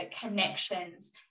connections